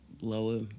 lower